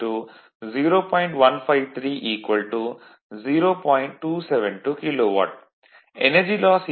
272 KW energy loss 5 0